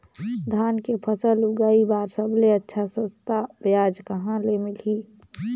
धान के फसल उगाई बार सबले अच्छा सस्ता ब्याज कहा ले मिलही?